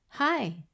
Hi